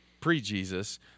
pre-Jesus